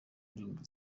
ndirimbo